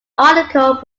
article